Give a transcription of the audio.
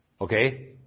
Okay